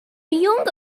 young